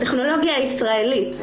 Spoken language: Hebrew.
הטכנולוגיה הישראלית,